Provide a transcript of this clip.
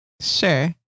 Sure